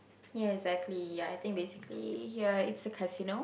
yes exactly ya I think basically ya it's a casino